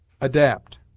ADAPT